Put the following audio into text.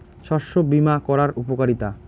শস্য বিমা করার উপকারীতা?